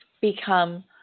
become